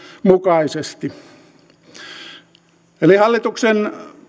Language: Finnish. mukaisesti hallituksen